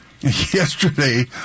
yesterday